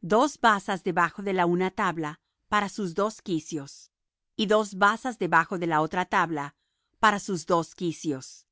dos basas debajo de la una tabla para sus dos quicios y dos basas debajo de la otra tabla para sus dos quicios